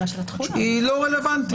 הוא לא רלוונטי.